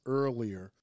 earlier